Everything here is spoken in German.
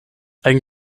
ein